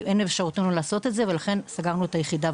אין באפשרותנו לעשות את זה ולכן סגרנו את היחידה.